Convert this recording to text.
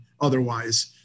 otherwise